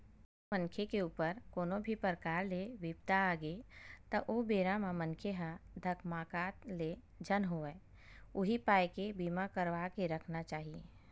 कहूँ मनखे के ऊपर कोनो भी परकार ले बिपदा आगे त ओ बेरा म मनखे ह धकमाकत ले झन होवय उही पाय के बीमा करवा के रखना चाही